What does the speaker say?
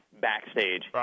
backstage